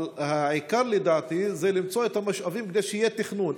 אבל העיקר לדעתי זה למצוא את המשאבים כדי שיהיה תכנון.